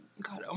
God